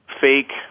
fake